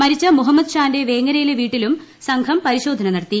മരിച്ച മുഹമ്മദ് ഷാന്റെ വേങ്ങരയിലെ വീട്ടിലും സംഘം പരിശോധന നടത്തി